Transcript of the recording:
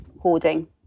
hoarding